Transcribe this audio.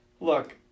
Look